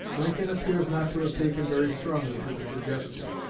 lincoln appears not to have taken very strongly to the suggestion.